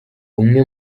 umwe